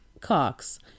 Cox